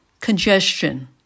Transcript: congestion